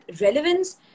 relevance